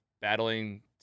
battling